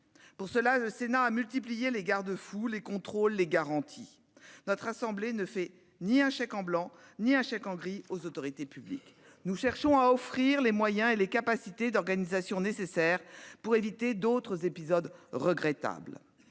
ce sens, le Sénat a multiplié les garde-fous, les contrôles et les garanties. Notre assemblée ne signe ni un chèque en blanc ni un chèque en gris aux autorités publiques. Nous cherchons à leur offrir les moyens et les capacités d'organisation nécessaires pour éviter d'autres épisodes regrettables.